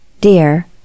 Dear